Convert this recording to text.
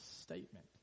statement